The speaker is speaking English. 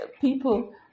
people